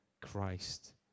Christ